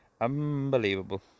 Unbelievable